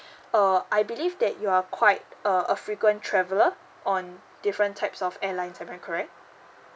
uh I believe that you are quite a a frequent traveller on different types of airlines am I correct